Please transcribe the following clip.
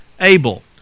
Abel